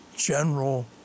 General